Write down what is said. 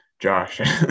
Josh